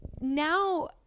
now